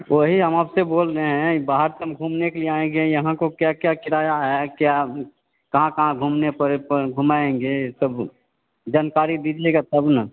वही हम आपसे बोल रहे हैं बाहर से हम घूमने के लिए आएँगे यहाँ को क्या क्या किराया है क्या कहाँ कहाँ घूमने परे पर घूमाएँगे सब जानकारी दीजिएगा तब ना